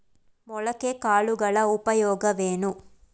ಮೊಳಕೆ ಕಾಳುಗಳ ಉಪಯೋಗವೇನು?